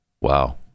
Wow